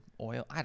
oil